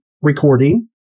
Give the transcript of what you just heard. recording